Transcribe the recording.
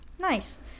nice